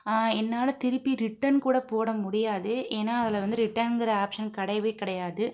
என்னால் திருப்பி ரிட்டன் கூட போடமுடியாது ஏன்னா அதில் வந்து ரிட்டன்ங்கிற ஆப்ஷன் கிடையவே கிடையாது